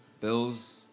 Bills